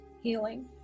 healing